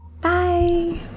Bye